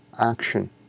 action